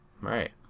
Right